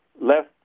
left